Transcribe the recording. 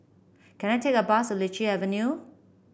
can I take a bus Lichi Avenue